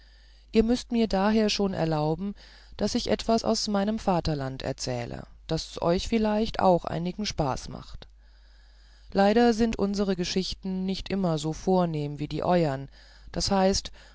ihr müßt mir daher schon erlauben daß ich etwas aus meinem vaterland erzähle was euch vielleicht auch einigen spaß macht leider sind unsere geschichten nicht immer so vornehm wie die euern das heißt